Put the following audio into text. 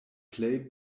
plej